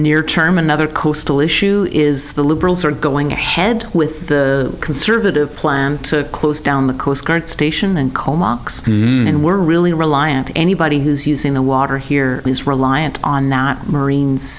near term another coastal issue is the liberals are going ahead with the conservative plan to close down the coast guard station and call marks and we're really reliant anybody who's using the water here is reliant on that marine